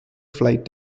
flight